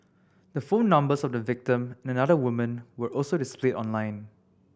the phone numbers of the victim and another woman were also displayed online